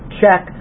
check